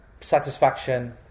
satisfaction